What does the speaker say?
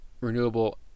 renewable